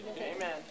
Amen